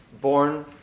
born